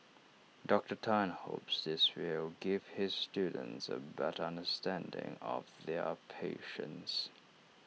Doctor Tan hopes this will give his students A better understanding of their A patients